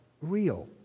real